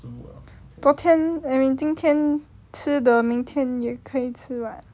昨天 I mean 今天吃的明天也可以吃 [what]